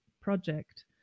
project